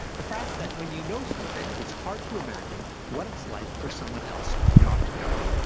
the fact that when you know something, it's hard to imagine what it's like for someone else not to know it.